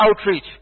outreach